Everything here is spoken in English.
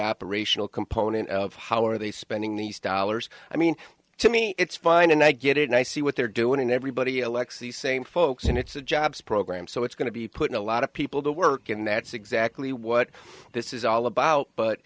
operational component of how are they spending these dollars i mean to me it's fine and i get it and i see what they're doing and everybody elects the same folks and it's a jobs program so it's going to be putting a lot of people to work and that's exactly what this is all about but